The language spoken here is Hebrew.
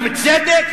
ובצדק,